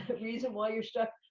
but reason why you're stuck,